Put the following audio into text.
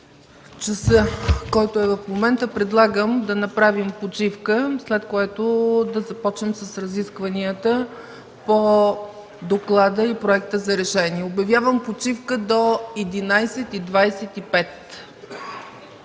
часа в момента, предлагам да направим почивка, след което да започнем с разискванията по доклада и проекта за решение. Обявявам почивка до 11,25